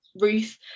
Ruth